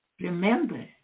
Remember